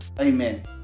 Amen